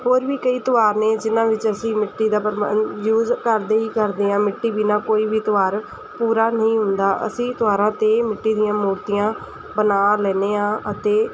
ਹੋਰ ਵੀ ਕਈ ਤਿਉਹਾਰ ਨੇ ਜਿੰਨ੍ਹਾਂ ਵਿੱਚ ਅਸੀਂ ਮਿੱਟੀ ਦਾ ਪ੍ਰਬੰਧ ਯੂਜ ਕਰਦੇ ਹੀ ਕਰਦੇ ਹਾਂ ਮਿੱਟੀ ਬਿਨ੍ਹਾਂ ਕੋਈ ਵੀ ਤਿਉਹਾਰ ਪੂਰਾ ਨਹੀਂ ਹੁੰਦਾ ਅਸੀਂ ਤਿਉਹਾਰਾਂ 'ਤੇ ਮਿੱਟੀ ਦੀਆਂ ਮੂਰਤੀਆਂ ਬਣਾ ਲੈਂਦੇ ਹਾਂ ਅਤੇ